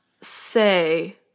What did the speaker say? say